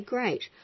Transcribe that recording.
Great